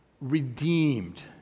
redeemed